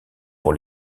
pour